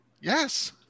Yes